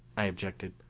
i objected,